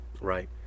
right